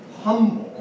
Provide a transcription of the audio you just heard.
humble